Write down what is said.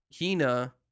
Hina